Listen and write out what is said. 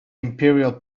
imperial